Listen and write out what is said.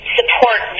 Support